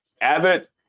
Abbott